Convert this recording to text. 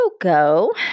go